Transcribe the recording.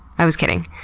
i was kidding.